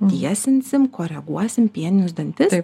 tiesinsim koreguosim pieninius dantis